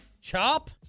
CHOP